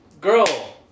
girl